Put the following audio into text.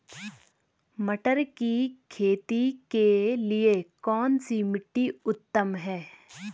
मटर की खेती के लिए कौन सी मिट्टी उत्तम है?